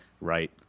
Right